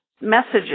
messages